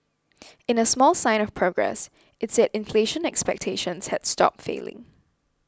in a small sign of progress it said inflation expectations had stopped falling